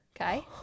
Okay